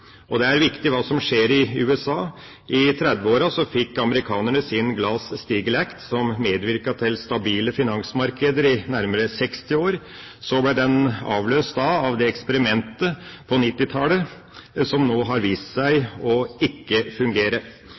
Og det er viktig det som skjer i USA. I 1930-årene fikk amerikanerne sin Glass-Steagall Act, som medvirket til stabile finansmarkeder i nærmere 60 år. Så ble den avløst av det eksperimentet på 1990-tallet som nå har vist seg ikke å fungere.